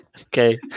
Okay